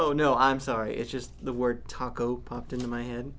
oh no i'm sorry it's just the word taco popped into my head